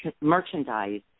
merchandise